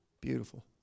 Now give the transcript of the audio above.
Beautiful